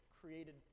created